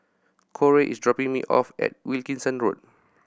Corey is dropping me off at Wilkinson Road